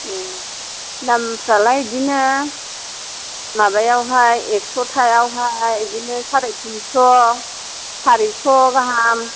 ए दामफ्रालाय बिदिनो माबायावहाय एक्स' थायावहाय बिदिनो साराय थिनस' चारिस' गाहाम